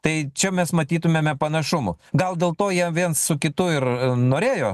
tai čia mes matytumėme panašumų gal dėl to jie viens su kitu ir norėjo